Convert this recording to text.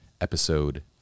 episode